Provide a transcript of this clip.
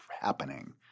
happening